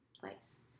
place